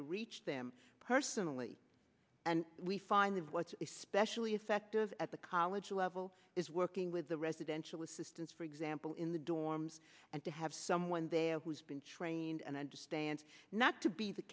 to reach them personally and we find that what's especially effective at the college level is working with the residential assistants for example in the dorms and to have someone there who's been trained and understands not to be the